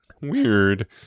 Weird